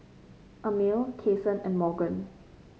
Amil Cason and Morgan